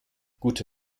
gute